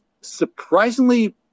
surprisingly